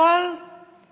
הזמן